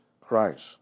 Christ